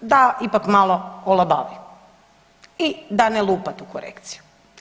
da ipak malo olabavi i da ne lupa tu korekciju.